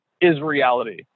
is-reality